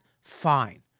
fine